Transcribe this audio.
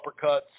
uppercuts